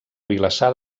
vilassar